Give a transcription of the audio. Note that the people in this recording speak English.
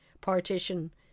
partition